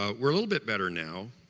ah we're a little bit better now.